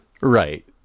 Right